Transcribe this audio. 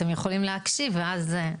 אתם יכולים להקשיב ואז תראו.